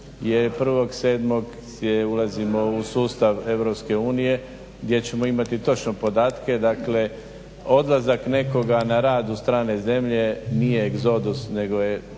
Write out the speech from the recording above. jer je 1.7. ulazimo u sustav EU gdje ćemo imati točno podatke. Dakle odlazak nekoga na rad u strane zemlje nije egzodus nego je